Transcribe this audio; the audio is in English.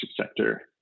sector